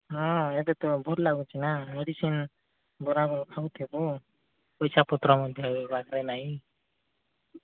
ହଁ ଏବେ ତ ଭଲ ଲାଗୁଛି ନା ମେଡ଼ିସିନ୍ ବରାବର ଖାଉଥିବୁ ପଇସା ପତ୍ର ମଧ୍ୟ ଏବେ ପାଖରେ ନାଇଁ